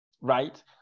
right